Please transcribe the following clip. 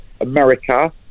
America